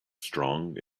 strong